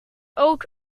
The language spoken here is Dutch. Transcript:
ook